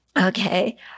Okay